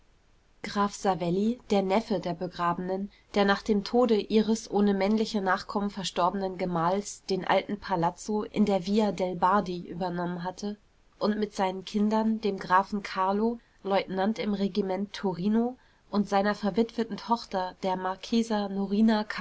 graf savelli der neffe der begrabenen der nach dem tode ihres ohne männliche nachkommen verstorbenen gemahls den alten palazzo in der via del bardi übernommen hatte und mit seinen kindern dem grafen carlo leutnant im regiment torino und seiner verwitweten tochter der marchesa norina